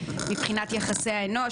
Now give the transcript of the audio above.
מבחינת יחסי האנוש,